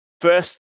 first